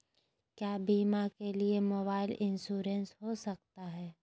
क्या बीमा के लिए मोबाइल इंश्योरेंस हो सकता है?